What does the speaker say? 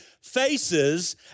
faces